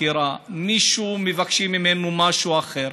הייתכן שמימון ממשלתי של משרדים שונים,